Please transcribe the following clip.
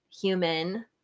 human